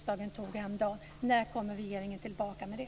Det gäller alltså det beslut som riksdagen fattade häromdagen.